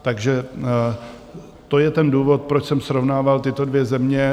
Takže to je ten důvod, proč jsem srovnával tyto dvě země.